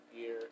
year